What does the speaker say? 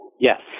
Yes